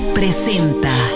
presenta